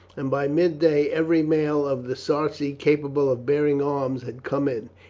and by midday every male of the sarci capable of bearing arms had come in.